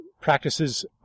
practices